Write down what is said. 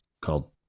called